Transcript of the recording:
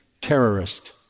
terrorist